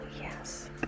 yes